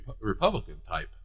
Republican-type